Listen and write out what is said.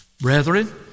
Brethren